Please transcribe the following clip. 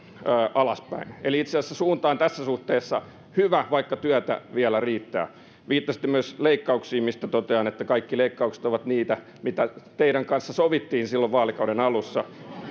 alaspäin eli itse asiassa suunta on tässä suhteessa hyvä vaikka työtä vielä riittää viittasitte myös leikkauksiin mistä totean että kaikki leikkaukset ovat niitä mitä teidän kanssanne sovittiin silloin vaalikauden alussa